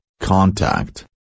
contact